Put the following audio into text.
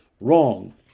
Wrong